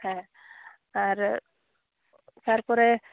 ᱦᱮᱸ ᱟᱨ ᱛᱟᱨᱯᱚᱨᱮ